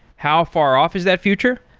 how far off is that future?